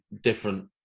different